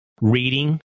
reading